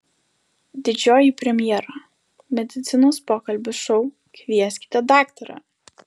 didžioji premjera medicinos pokalbių šou kvieskite daktarą